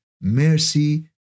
mercy